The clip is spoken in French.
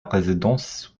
résidence